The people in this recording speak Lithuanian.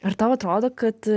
ar tau atrodo kad